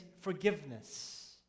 forgiveness